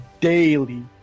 daily